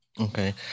Okay